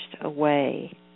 away